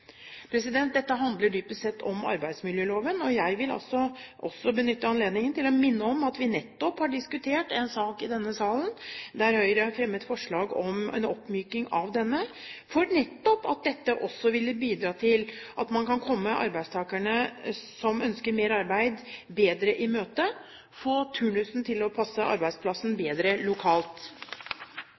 Dette handler dypest sett om arbeidsmiljøloven. Jeg vil også benytte anledningen til å minne om at vi nettopp har diskutert en sak i denne salen der Høyre har fremmet forslag om en oppmyking av denne, nettopp fordi dette også ville bidra til at man kan komme arbeidstakere som ønsker mer arbeid, bedre i møte, få turnusen til å passe arbeidsplassen bedre lokalt.